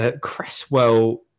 Cresswell